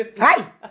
hi